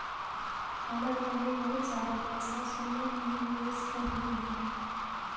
हमर मम्मी बहुत सारा पैसा सोने में ही निवेश करलई हे